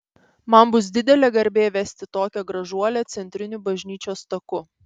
man bus didelė garbė vesti tokią gražuolę centriniu bažnyčios taku